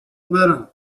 برم